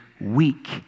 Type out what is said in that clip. weak